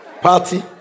Party